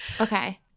okay